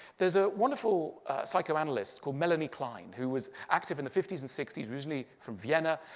there's a wonderful psychoanalyst called melanie klein, who was active in the fifty s and sixty s, originally from vienna,